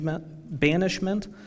banishment